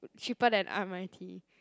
cheaper than r_m_i_t